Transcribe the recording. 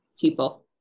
people